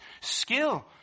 skill